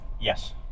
Yes